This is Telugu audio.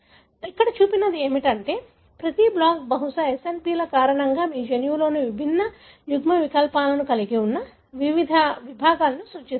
కాబట్టి ఇక్కడ చూపబడినది ఏమిటంటే ప్రతి బ్లాక్ బహుశా SNP ల కారణంగా మీ జన్యువులోని విభిన్న యుగ్మవికల్పాలను కలిగి ఉన్న వివిధ విభాగాలను సూచిస్తాయి